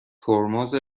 ترمز